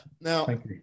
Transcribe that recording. now